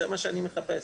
זה מה שאני מחפש.